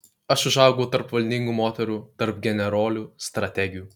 aš užaugau tarp valdingų moterų tarp generolių strategių